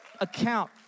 account